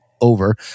over